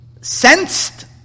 sensed